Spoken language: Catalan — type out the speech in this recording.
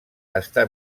està